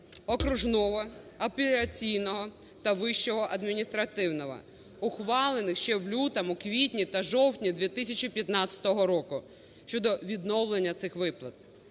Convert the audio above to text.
окружного, апеляційного та Вищого адміністративного, - ухвалених ще в лютому, квітні та жовтні 2015 року щодо відновлення цих виплат.